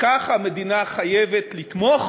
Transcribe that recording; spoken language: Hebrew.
כך המדינה חייבת לתמוך